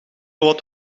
wat